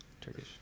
Turkish